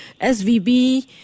SVB